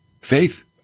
Faith